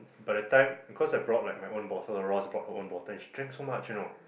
by the time cause I brought like my bottle and Ross brought her own bottle and she drank so much you know